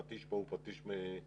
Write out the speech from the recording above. הפטיש פה הוא פטיש מסמרונים,